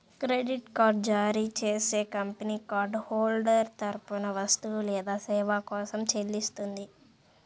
credit card జారీ చేసే company card holder తరపున వస్తువు లేదా సేవ కోసం చెల్లిస్తుంది